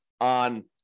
on